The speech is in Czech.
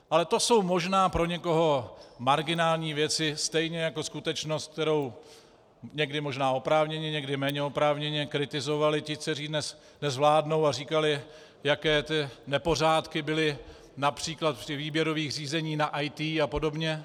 Ale to jsou možná pro někoho marginální věci stejně jako skutečnost, kterou někdy možná oprávněně, někdy méně oprávněně kritizovali ti, kteří dnes vládnou, a říkali, jaké ty nepořádky byly například při výběrových řízeních na IT a podobně.